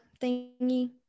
thingy